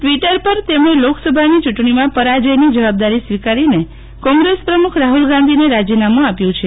Twitter પર તેમણે લોકસભાની ચુંટણીમાં પરાજયની જવાબદારી સ્વીકારીને કોંગ્રેસ પ્રમુખ રાફલ ગાંધીને રાજીનામું આપ્યું છે